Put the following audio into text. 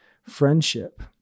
friendship